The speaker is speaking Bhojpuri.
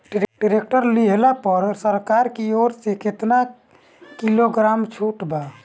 टैक्टर लिहला पर सरकार की ओर से केतना किलोग्राम छूट बा?